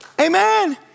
Amen